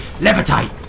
Levitate